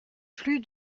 plus